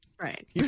right